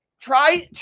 Try